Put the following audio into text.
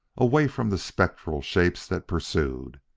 away from the spectral shapes that pursued.